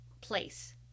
place